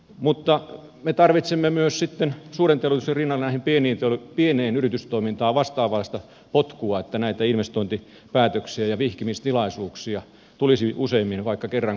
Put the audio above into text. mutta me tarvitsemme myös sitten suuren teollisuuden rinnalle tähän pieneen yritystoimintaan vastaavanlaista potkua että näitä investointipäätöksiä ja vihkimistilaisuuksia tulisi useammin vaikka kerran kuukaudessa